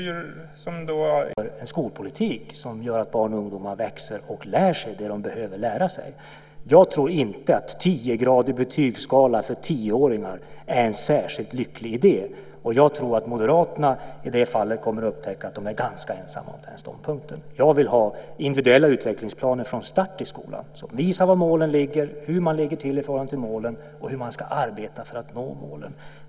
Herr talman! Vi är fortfarande överens om att stöd tidigt måste vara själva utgångspunkten för en skolpolitik som gör att barn och ungdomar växer och lär sig det de behöver lära sig. Jag tror inte att en tiogradig betygsskala för tioåringar är en särskilt lycklig idé. Moderaterna kommer att upptäcka att de är ganska ensamma om den ståndpunkten. Jag vill ha individuella utvecklingsplaner från start i skolan, som visar var målen ligger, hur man ligger till i förhållande till målen och hur man ska arbeta för att nå målen.